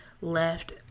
Left